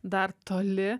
dar toli